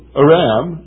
Aram